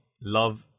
love